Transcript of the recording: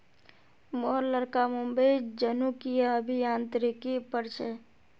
मोर लड़का मुंबईत जनुकीय अभियांत्रिकी पढ़ छ